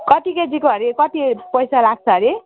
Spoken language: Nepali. कति केजीको अरे कति पैसा लाग्छ अरे